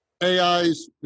AI's